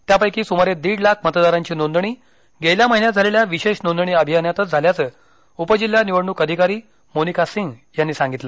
त्यापैकी सुमारे दीड लाख मतदारांची नोंदणी गेल्या महिन्यात झालेल्या विशेष नोंदणी अभियानातच झाल्याचं उपजिल्हा निवडणूक अधिकारी मोनिका सिंह यांनी सांगितलं